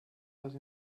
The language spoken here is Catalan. les